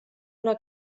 una